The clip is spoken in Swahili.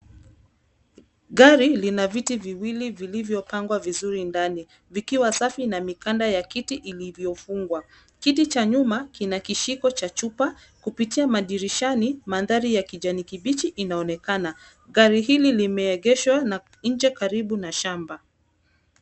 Gari lina viti viwili vilivyopangwa vizuri ndani, likiwa safi, na mikanda ya kiti ilivyofungwa. Kiti cha nyuma kina kishiko cha chupa, kupitia dirishani, mandhari ya kijani kibichi inaonekana. Gari hili limeegeshwa, na, nje karibu na shamba.